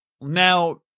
now